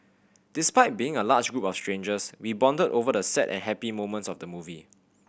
despite being a large group of strangers we bonded over the sad and happy moments of the movie